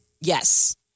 Yes